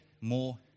more